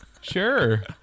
sure